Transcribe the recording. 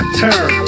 turn